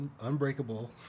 unbreakable